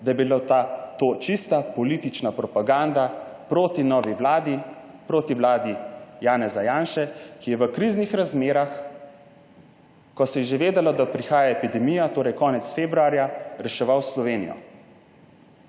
da je bilo to čista politična propaganda proti novi vladi, proti vladi Janeza Janše, ki je v kriznih razmerah, ko se je že vedelo, da prihaja epidemija, torej konec februarja, reševala Slovenijo.